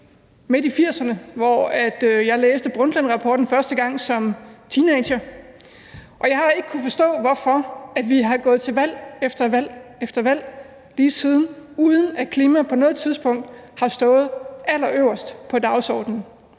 midt i 1980'erne, hvor jeg første gang læste Brundtlandrapporten som teenager. Jeg har ikke kunnet forstå, hvorfor vi er gået til valg efter valg efter valg lige siden, uden at klima på noget tidspunkt har stået allerøverst på dagsordenen.